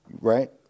right